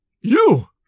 You